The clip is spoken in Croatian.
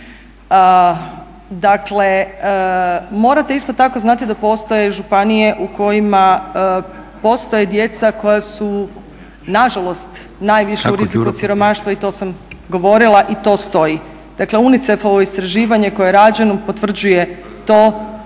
Dakle morate isto tako znati da postoje županije u kojima postoje djeca koja su nažalost najviše u riziku od siromaštva i to sam govorila i to stoji. Dakle UNICEF-ovo istraživanje koje je rađeno potvrđuje to da